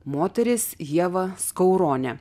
moteris ieva skauronė